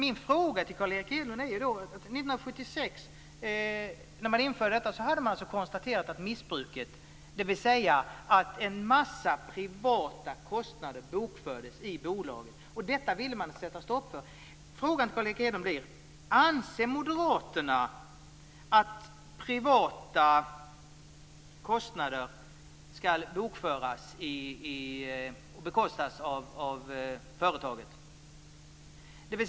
År 1976, när man införde detta, hade man alltså konstaterat ett missbruk, dvs. att en mängd privata kostnader bokfördes i bolagen. Detta ville man sätta stopp för. Min fråga till Carl Erik Hedlund blir därför: Anser moderaterna att privata kostnader ska bokföras och bekostas av företaget?